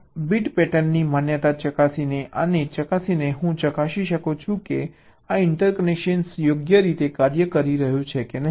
તેથી આ બીટ પેટર્નની માન્યતા ચકાસીને આને ચકાસીને હું ચકાસી શકું છું કે આ ઇન્ટરકનેક્શન યોગ્ય રીતે કાર્ય કરી રહ્યું છે કે નહીં